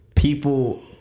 People